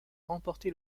remporté